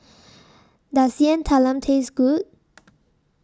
Does Yam Talam Taste Good